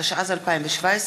התשע"ז 2017,